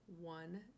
one